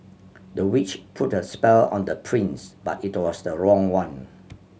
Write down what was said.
the witch put a spell on the prince but it was the wrong one